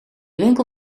winkel